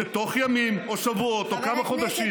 שתוך ימים או שבועות או כמה חודשים,